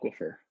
aquifer